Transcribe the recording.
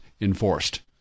enforced